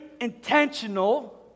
intentional